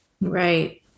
Right